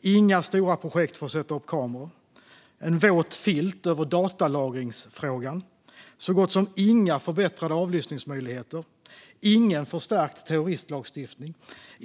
inga stora projekt för att sätta upp kameror, en våt filt över datalagringsfrågan, så gott som inga förbättrade avlyssningsmöjligheter och ingen förstärkt terroristlagstiftning.